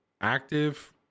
active